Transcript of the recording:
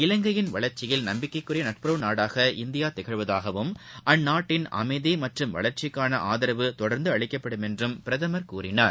இலங்கையின் வளர்ச்சியில் நம்பிக்கைக்குரிய நட்புறவு நாடாக இந்தியா திகழ்வதாகவும் அந்நாட்டின் அமைதி மற்றும் வளர்ச்சிக்கான ஆதரவு தொடர்ந்து அளிக்கப்படும் என்றும் பிரதமர் கூறினார்